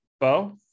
Bo